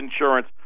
insurance